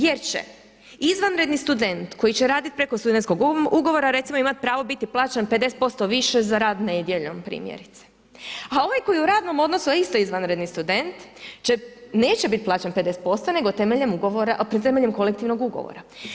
Jer će izvanredni student koji će raditi preko studentskog ugovora recimo imati pravo biti plaćen 50% više za rad nedjeljom primjerice, a ovaj koji je u radnom odnosu a isto je izvanredni student neće biti plaćen 50%, nego temeljem kolektivnog ugovora.